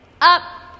Up